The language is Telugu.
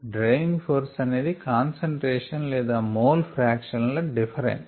డ్రైవింగ్ ఫోర్స్ అనేది కాన్సంట్రేషన్ లేదా మోల్ ఫ్రాక్షన్ ల డిఫరెన్స్